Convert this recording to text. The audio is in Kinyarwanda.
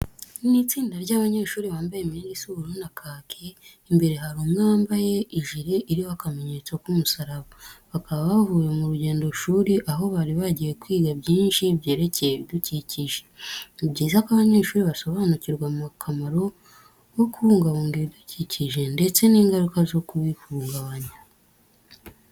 Ni itsinda ry'abanyeshuri bambaye imyenda isa ubururu na kake, imbere hari umwe wambaye ijire iriho akamenyetso k'umusaraba. Bakaba bavuye mu rugendoshuri aho bari bagiye kwiga byinshi byerekeye ibidukikije. Ni byiza ko abanyeshuri basobanirirwa akamaro ko kubungabunga ibidukikije ndetse n'ingaruka zo kubihungabanya.